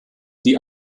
die